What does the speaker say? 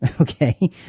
okay